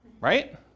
Right